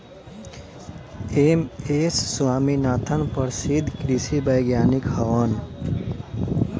M S Swaminathan प्रसिद्ध कृषि वैज्ञानिक हवन